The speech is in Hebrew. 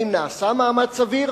האם נעשה מאמץ סביר?